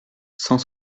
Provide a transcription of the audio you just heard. cent